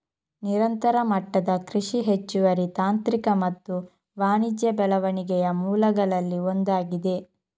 ನಿರಂತರ ಮಟ್ಟದ ಕೃಷಿ ಹೆಚ್ಚುವರಿ ತಾಂತ್ರಿಕ ಮತ್ತು ವಾಣಿಜ್ಯ ಬೆಳವಣಿಗೆಯ ಮೂಲಗಳಲ್ಲಿ ಒಂದಾಗಿದೆ